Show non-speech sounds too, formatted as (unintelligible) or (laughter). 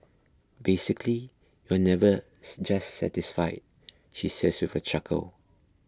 basically you're never (unintelligible) satisfied she says with a chuckle